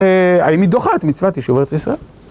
האם היא דוחה את מצוות יישוב ארץ ישראל?